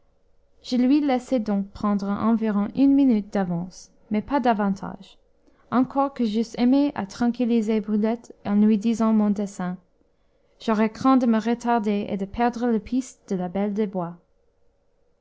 je lui laissai donc prendre environ une minute d'avance mais pas davantage encore que j'eusse aimé à tranquilliser brulette en lui disant mon dessein j'aurais craint de me retarder et de perdre la piste de la belle des bois